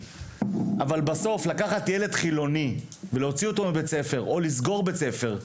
אבל בסוף לקחת ילד חילוני ולהוציא אותו מבית ספר או לסגור בית ספר.